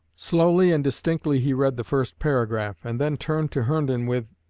slowly and distinctly he read the first paragraph, and then turned to herndon with,